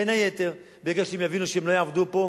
בין היתר, ברגע שהם יבינו שהם לא יעבדו פה,